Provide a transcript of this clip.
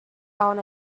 own